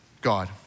God